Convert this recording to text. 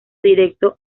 directo